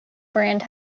brand